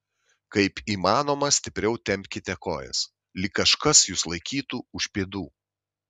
kaip įmanoma stipriau tempkite kojas lyg kažkas jus laikytų už pėdų